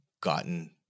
gotten